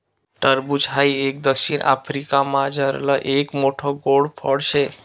टरबूज हाई एक दक्षिण आफ्रिकामझारलं एक मोठ्ठ गोड फळ शे